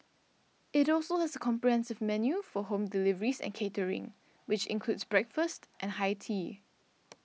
it also has a comprehensive menu for home deliveries and catering which includes breakfast and high tea